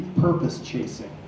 purpose-chasing